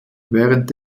während